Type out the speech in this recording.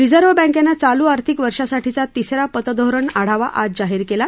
reserve बँकनं चालू आर्थिक वर्षासाठीचा तिसरा पतधोरण आढावा आज जाहीर केला